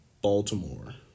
Baltimore